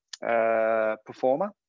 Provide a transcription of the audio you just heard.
performer